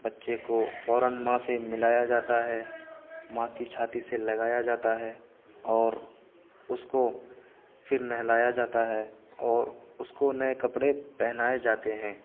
بچے کو فوراً ماں سے ملایا جاتا ہے ماں کی چھاتی سے لگایا جاتا ہے اور اس کو پھر نہلایا جاتا ہے اور اس کو نئے کپڑے پہنائے جاتے ہیں